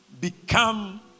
become